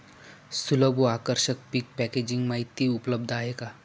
सुलभ व आकर्षक पीक पॅकेजिंग माहिती उपलब्ध आहे का?